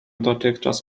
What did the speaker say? dotychczas